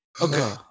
Okay